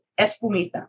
espumita